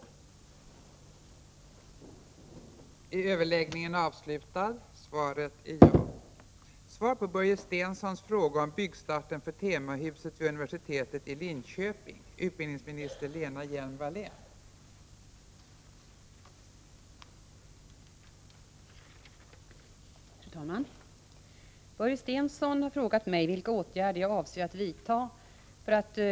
11 april 1985